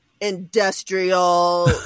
industrial